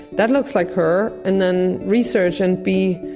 that looks like her. and then research and be,